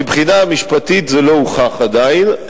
מבחינה משפטית זה לא הוכח עדיין,